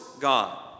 God